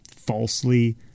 falsely